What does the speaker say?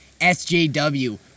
SJW